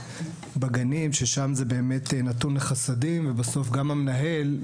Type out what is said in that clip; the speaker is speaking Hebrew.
בגנים ששם זה באמת נתון לחסדים ובסוף גם המנהל,